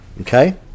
Okay